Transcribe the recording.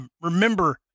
Remember